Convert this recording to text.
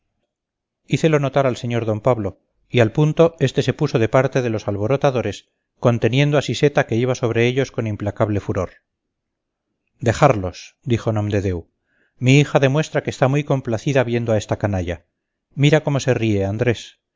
espectáculo hícelo notar al sr d pablo y al punto este se puso de parte de los alborotadores conteniendo a siseta que iba sobre ellos con implacable furor dejarlos dijo nomdedeu mi hija demuestra que está muy complacida viendo a esta canalla mira cómo se ríe andrés